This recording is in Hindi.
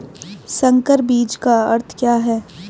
संकर बीज का अर्थ क्या है?